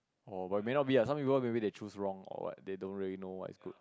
orh but may not be lah some people they choose wrong or what they don't really know what is good